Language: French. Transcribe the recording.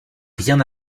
rien